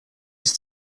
its